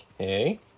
Okay